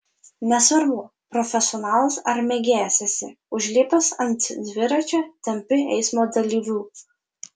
nesvarbu profesionalas ar mėgėjas esi užlipęs ant dviračio tampi eismo dalyviu